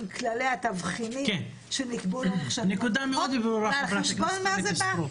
עם כללי התבחינים שנקבעו לאורך שנים רבות ועל חשבון מה זה בא.